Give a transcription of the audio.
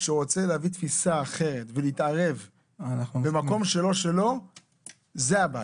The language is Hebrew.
רוצה להביא תפיסה אחרת ומתערב במקום שלא שלו זאת הבעיה.